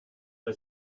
bei